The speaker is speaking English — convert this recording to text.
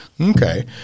Okay